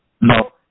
No